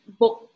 book